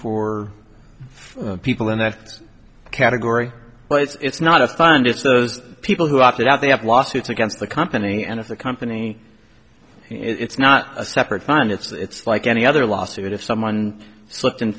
for people in that category but it's not a fund it's those people who opted out they have lawsuits against the company and if the company it's not a separate fund it's like any other lawsuit if someone slipped